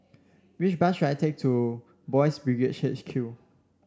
which bus should I take to Boys' Brigade H Q